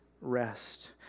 rest